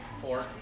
four